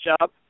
job